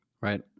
right